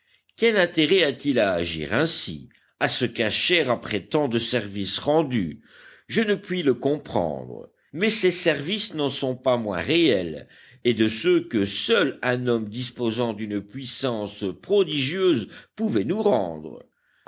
quel intérêt a-t-il à agir ainsi à se cacher après tant de services rendus je ne puis le comprendre mais ses services n'en sont pas moins réels et de ceux que seul un homme disposant d'une puissance prodigieuse pouvait nous rendre